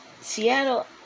Seattle